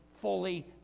fully